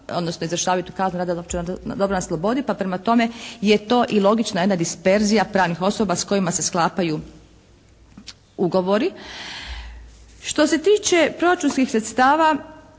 odnosno izvršavaju tu kaznu rada za opće dobro na slobodi pa prema tome je to i logična jedna disperzija pravnih osoba s kojima se sklapaju ugovori. Što se tiče proračunskih sredstava